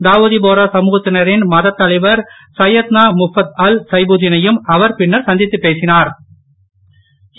தாவுதி போரா சமூகத்தினரின் மதத்தலைவர் சையத்னா முஃபத்தல் சைபுதி னையும் அவர் பின்னர் சந்தித்துப் பேசிஞர்